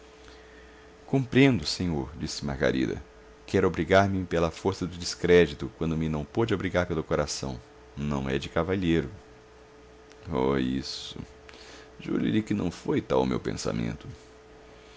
adeus compreendo senhor disse margarida quer obrigar-me pela força do descrédito quando me não pode obrigar pelo coração não é de cavalheiro oh isso juro-lhe que não foi tal o meu pensamento